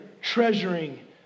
treasuring